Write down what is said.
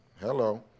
Hello